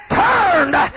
turned